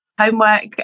Homework